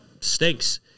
Stinks